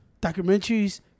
documentaries